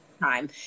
time